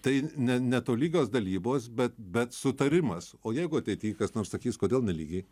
tai ne netolygios dalybos bet bet sutarimas o jeigu ateity kas nors sakys kodėl nelygiai